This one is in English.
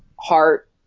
heart